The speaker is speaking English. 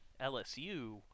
LSU